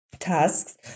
Tasks